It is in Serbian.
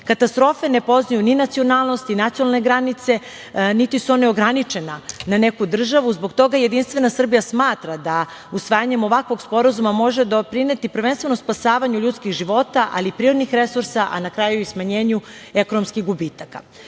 požarima. Katastrofe ne poznaju ni nacionalnost i nacionalne granice, niti su one ograničena na neku državu i zbog toga Jedinstvena Srbija smatra da, usvajanjem ovakvog sporazuma, može doprineti prvenstveno spasavanju ljudskih života, ali i prirodnih resursa, a na kraju i smanjenju ekonomskih gubitaka. Kao